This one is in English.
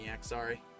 sorry